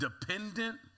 dependent